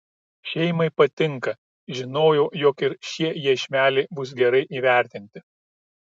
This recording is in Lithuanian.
šeimai patinka žinojau jog ir šie iešmeliai bus gerai įvertinti